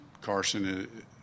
Carson